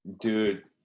Dude